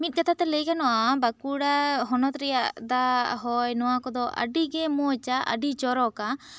ᱢᱤᱫ ᱠᱟᱛᱷᱟ ᱛᱮ ᱞᱟᱹᱭ ᱜᱟᱱᱚᱜᱼᱟ ᱵᱟᱸᱠᱩᱲᱟ ᱦᱚᱱᱚᱛ ᱨᱮᱭᱟᱜ ᱫᱟᱜ ᱦᱚᱭ ᱱᱚᱣᱟ ᱠᱚ ᱫᱚ ᱟᱹᱰᱤ ᱜᱮ ᱢᱚᱡᱟ ᱟᱹᱰᱤ ᱜᱮ ᱪᱚᱨᱚᱠᱟ